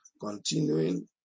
continuing